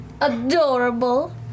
adorable